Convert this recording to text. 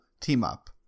Team-Up